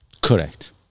Correct